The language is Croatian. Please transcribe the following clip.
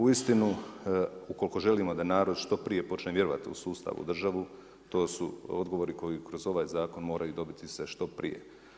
Uistinu, ukoliko želimo da narod što prije počne vjerovati u sustav, u državu, to su odgovori koji kroz ovaj zakon moraju dobiti se što prije.